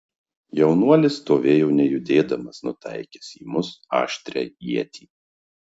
jaunuolis stovėjo nejudėdamas nutaikęs į mus aštrią ietį